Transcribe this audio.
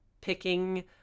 picking